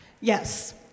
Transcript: Yes